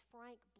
Frank